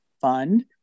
Fund